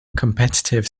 competitive